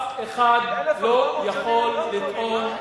אף אחד לא יכול לטעון,